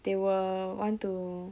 they will want to